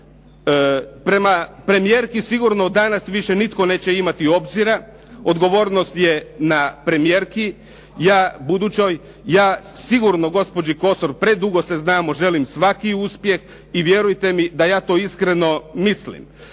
Prema premijerki sigurno danas više nitko neće imati obzira, odgovornost je na premijerki budućoj. Ja sigurno gospođi Kosor, predugo se znamo, želim svaki uspjeh i vjerujte mi da ja to iskreno mislim.